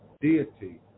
deity